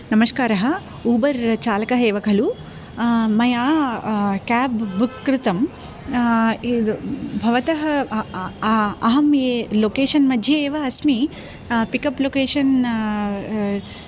नमस्कारः ऊबर् चालकः एव खलु मया काब् बुक् कृतं इदं भवतः अ अ आ अहं ये लोकेशन्मध्ये एव अस्मि पिकप् लोकेशन्न्